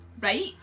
right